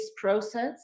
process